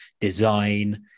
design